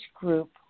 group